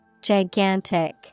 Gigantic